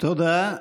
תודה.